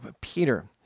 Peter